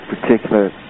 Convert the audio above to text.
particular